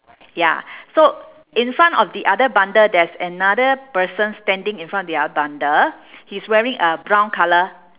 ya so in front of the other bundle there's another person standing in front of the other bundle he's wearing a brown colour